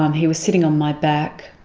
um he was sitting on my back,